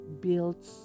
builds